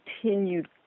continued